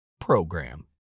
program